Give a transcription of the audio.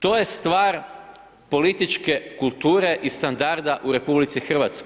To je stvar političke kulture i standarda u RH.